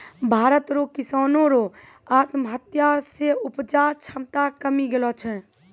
भारत रो किसानो रो आत्महत्या से उपजा क्षमता कमी गेलो छै